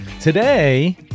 Today